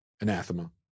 Anathema